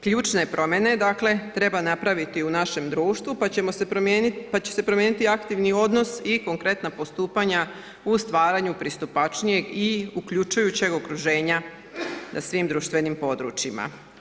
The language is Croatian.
Ključne promjene treba napraviti u našem društvu pa će se promijeniti aktivni odnos i konkretna postupanja u stvaranju pristupačnijeg i uključujućeg okruženja na svim društvenim područjima.